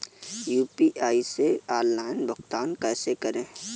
UPI से online भुगतान कैसे करें?